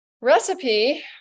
recipe